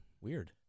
Weird